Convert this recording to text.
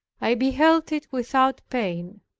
i beheld it without pain.